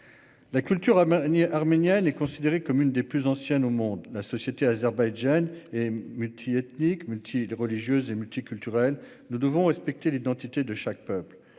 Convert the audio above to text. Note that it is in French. La culture arménienne est considérée comme l'une des plus anciennes au monde ; la société azerbaïdjanaise est multiethnique, multireligieuse et multiculturelle. Nous devons respecter l'identité de chaque peuple.